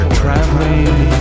traveling